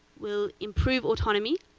will improve autonomy,